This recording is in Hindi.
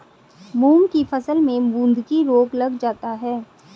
मूंग की फसल में बूंदकी रोग लग जाता है